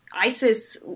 ISIS